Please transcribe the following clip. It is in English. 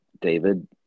David